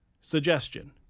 Suggestion